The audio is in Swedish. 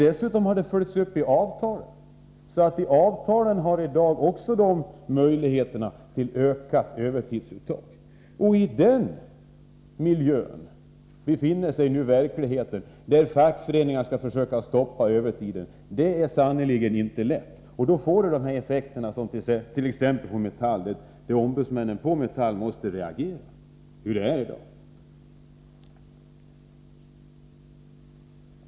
Dessutom har det avtalsvägen skett en uppföljning. Enligt avtalen är det i dag möjligt med ett ökat övertidsuttag. Sådan är alltså verkligheten. Fackföreningarna skall försöka stoppa övertidsuttaget, men det är sannerligen inte lätt. Detta får självfallet vissa effekter. Ombudsmännen på Metall måste således reagera.